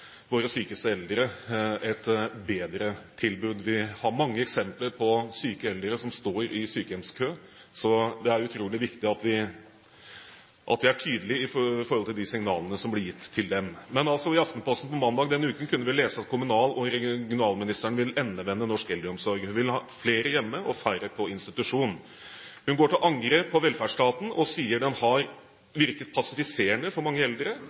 våre sykeste eldre et bedre tilbud. Vi har mange eksempler på syke eldre som står i sykehjemskø. Så det er utrolig viktig at vi er tydelige i forhold til de signalene som blir gitt dem. Men i Aftenposten på mandag denne uken kunne vi altså lese at kommunal- og regionalministeren «vil endevende norsk eldreomsorg». Hun vil ha flere hjemme og færre på institusjon. Hun går til angrep på velferdsstaten og sier den «har virket passiviserende for mange eldre»,